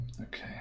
Okay